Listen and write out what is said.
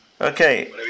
Okay